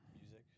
Music